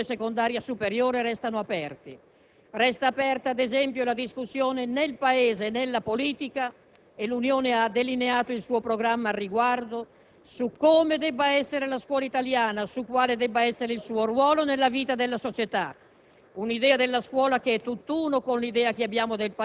Altri problemi relativi ai percorsi dell'istruzione secondaria superiore restano aperti. Resta aperta, ad esempio, la discussione nel Paese e nella politica - l'Unione ha delineato il suo programma al riguardo - su come debba essere la scuola italiana, su quale debba essere il suo ruolo nella vita della società: